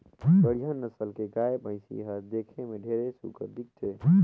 बड़िहा नसल के गाय, भइसी हर देखे में ढेरे सुग्घर दिखथे